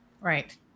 right